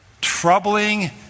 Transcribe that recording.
troubling